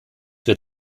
wird